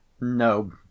No